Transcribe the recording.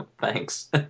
thanks